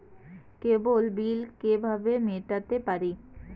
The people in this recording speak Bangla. কেবল বিল কিভাবে মেটাতে পারি?